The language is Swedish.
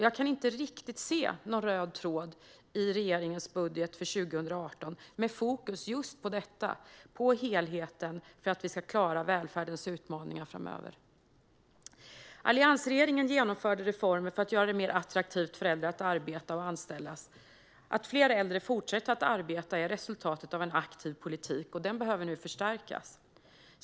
Jag kan inte riktigt se någon röd tråd i regeringens budget för 2018 med fokus just på detta - på helheten - för att vi ska klara välfärdens utmaningar framöver. Alliansregeringen genomförde reformer för att göra det mer attraktivt för äldre att arbeta och anställas. Att fler äldre fortsätter att arbeta är resultatet av en aktiv politik, och den behöver nu förstärkas.